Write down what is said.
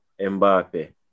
Mbappe